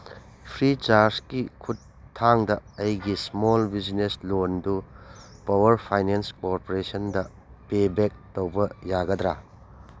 ꯐ꯭ꯔꯤꯆꯥꯔꯖꯀꯤ ꯈꯨꯠꯊꯥꯡꯗ ꯑꯩꯒꯤ small business ꯂꯣꯟꯗꯨ ꯄꯋꯥꯔ ꯐꯥꯏꯅꯦꯟꯁ ꯀꯣꯔꯄꯣꯔꯦꯁꯟꯗ ꯄꯦꯕꯦꯛ ꯇꯧꯕ ꯌꯥꯒꯗ꯭ꯔ